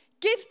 Give